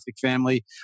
family